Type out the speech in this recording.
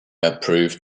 approved